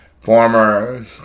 former